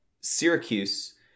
Syracuse